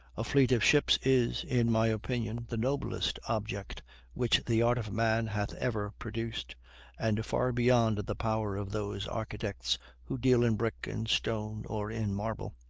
a fleet of ships is, in my opinion, the noblest object which the art of man hath ever produced and far beyond the power of those architects who deal in brick, in stone, or in marble.